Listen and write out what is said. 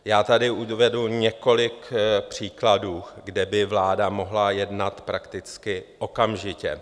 Já tady uvedu několik příkladů, kde by vláda mohla jednat prakticky okamžitě.